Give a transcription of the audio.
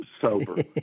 sober